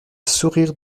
sourire